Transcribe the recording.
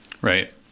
Right